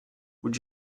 would